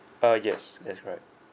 uh yes that's right